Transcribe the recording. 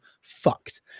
fucked